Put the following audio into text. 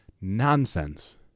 nonsense